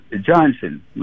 Johnson